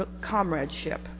comradeship